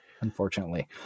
Unfortunately